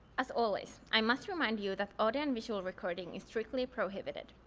as always, i must remind you that audio and visual recording is strictly prohibited.